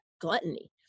gluttony